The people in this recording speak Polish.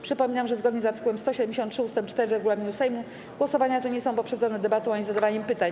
Przypominam, że zgodnie z art. 173 ust. 4 regulaminu Sejmu głosowania te nie są poprzedzone debatą ani zadawaniem pytań.